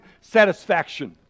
satisfaction